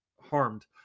harmed